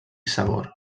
sabor